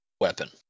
weapon